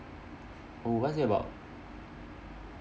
oh what's it about